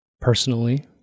personally